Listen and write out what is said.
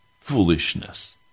Foolishness